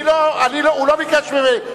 הוא לא ביקש ממני.